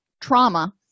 trauma